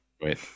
Wait